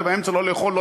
ובאמצע לא לאכול,